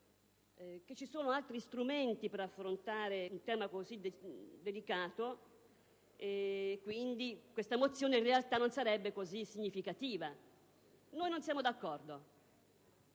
che ci sono altri strumenti per affrontare un tema così delicato e quindi che questa mozione in realtà non sarebbe così significativa. Noi non siamo d'accordo: